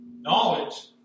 Knowledge